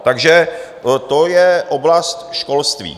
Takže to je oblast školství.